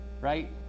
Right